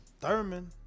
Thurman